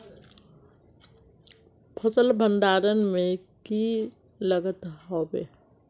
फसल भण्डारण में की लगत होबे?